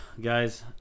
guys